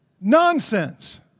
nonsense